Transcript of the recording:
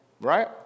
Right